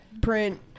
print